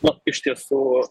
nu iš tiesų